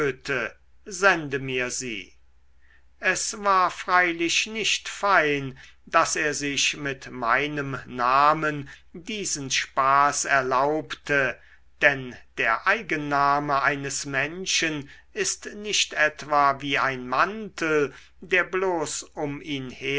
es war freilich nicht fein daß er sich mit meinem namen diesen spaß erlaubte denn der eigenname eines menschen ist nicht etwa wie ein mantel der bloß um ihn